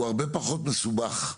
הוא הרבה פחות מסובך.